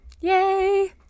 Yay